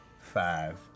Five